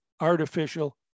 artificial